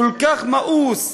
כל כך מאוס